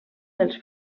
dels